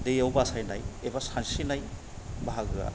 दैयाव बासायनाय एबा सानस्रिनाय बाहागोआ